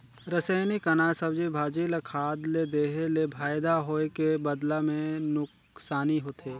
रसइनिक अनाज, सब्जी, भाजी ल खाद ले देहे ले फायदा होए के बदला मे नूकसानी होथे